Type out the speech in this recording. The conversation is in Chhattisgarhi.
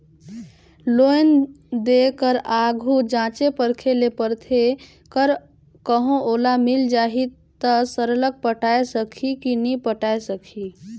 लोन देय कर आघु जांचे परखे ले परथे कर कहों ओला मिल जाही ता सरलग पटाए सकही कि नी पटाए सकही